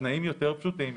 התנאים יותר פשוטים,